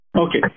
Okay